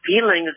feelings